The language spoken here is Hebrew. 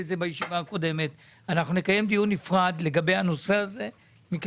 אנחנו נקיים דיון נפרד לגבי הנושא הזה של הרפתנים,